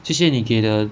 这些你给的